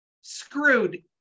screwed